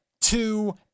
two